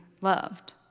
loved